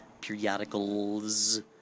periodicals